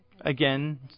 Again